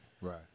Right